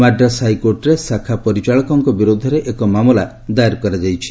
ମାଡ୍ରାସ୍ ହାଇକୋର୍ଟରେ ଶାଖା ପରିଚାଳକଙ୍କ ବିରୋଧରେ ଏକ ମାମଲା ଦାୟର କରାଯାଇଛି